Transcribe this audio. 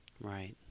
Right